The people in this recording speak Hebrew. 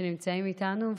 שנמצאים איתנו,